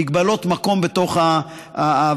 מגבלות מקום בתוך הוועדה: